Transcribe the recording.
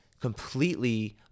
completely